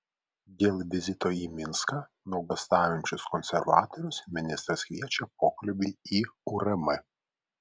dėl vizito į minską nuogąstaujančius konservatorius ministras kviečia pokalbiui į urm